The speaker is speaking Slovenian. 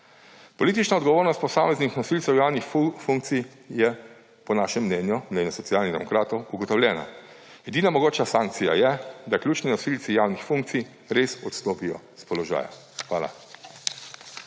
Politična odgovornost posameznih nosilcev javnih funkcij je po našem mnenju, mnenju Socialnih demokratov, ugotovljena. Edina mogoča sankcija je, da ključni nosilci javnih funkcij res odstopijo s položaja. Hvala.